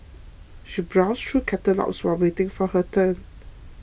she browsed through the catalogues while waiting for her turn